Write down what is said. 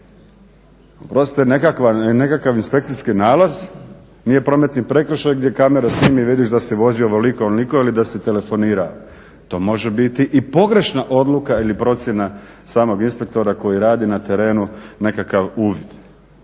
Oprostite, nekakav inspekcijski nalaz nije prometni prekršaj gdje kamera snimi i vidiš da si vozio ovoliko i onoliko ali da se telefonira. To može biti i pogrešna odluka ili procjena samog inspektora koji radi na terenu nekakav uvid.